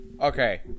Okay